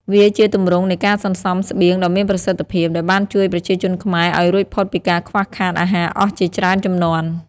វាជាទម្រង់នៃការសន្សំស្បៀងដ៏មានប្រសិទ្ធភាព ដែលបានជួយប្រជាជនខ្មែរឱ្យរួចផុតពីការខ្វះខាតអាហារអស់ជាច្រើនជំនាន់។